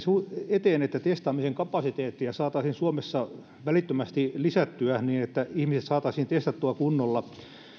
eteen että testaamisen kapasiteettia saataisiin suomessa välittömästi lisättyä niin että ihmiset saataisiin testattua kunnolla